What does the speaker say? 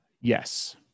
Yes